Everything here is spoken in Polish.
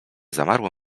zamarło